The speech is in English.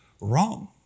wrong